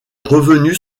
revenus